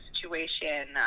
situation